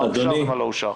מה אושר ומה לא אושר.